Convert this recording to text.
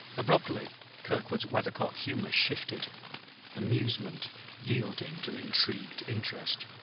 abruptly kirkwood's weathercock humor shifted amusement yielding to intrigued interest.